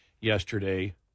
yesterday